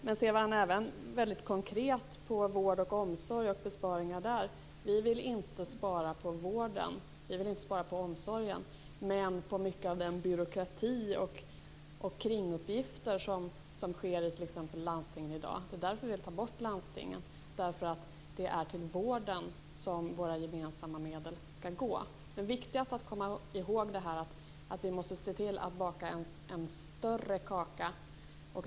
Man kan även se väldigt konkret på det här med vård och omsorg och besparingar där. Vi vill inte spara på vården. Vi vill inte spara på omsorgen. Men vi vill spara på mycket av den byråkrati och många av de kringuppgifter som finns i t.ex. landstingen i dag. Det är därför vi vill ta bort landstingen. Det är till vården våra gemensamma medel skall gå. Men det viktigaste att komma ihåg är att vi måste se till att baka en större kaka.